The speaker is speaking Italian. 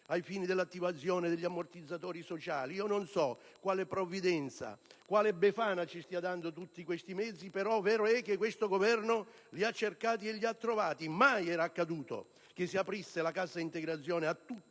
ai fini della attivazione degli ammortizzatori sociali. Non so quale provvidenza, quale "befana" ci stia dando tutti questi mezzi, però, vero è che questo Governo li ha cercati e trovati. Mai era accaduto che si aprisse la cassa integrazione a tutto